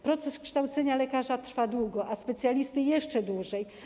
Proces kształcenia lekarza trwa długo, a specjalisty jeszcze dłużej.